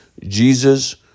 Jesus